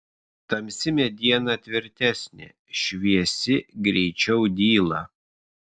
tamsi mediena tvirtesnė šviesi greičiau dyla